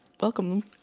Welcome